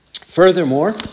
furthermore